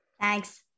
Thanks